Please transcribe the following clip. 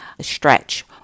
stretch